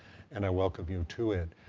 and i welcome you to it.